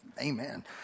Amen